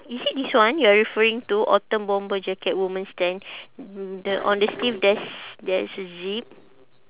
is it this one you're referring to autumn bomber jacket woman stand the on the sleeve there's there's a zip